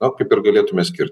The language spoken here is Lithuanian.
o kaip ir galėtu me skirti